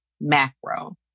macro